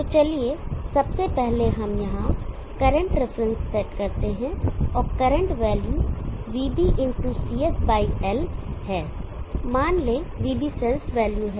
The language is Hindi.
तो चलिए सबसे पहले हम यहां करंट रिफरेंस सेट करते हैं और current value vB x CS L current value vB x CS L है मान लें कि vB सेंसड वैल्यू है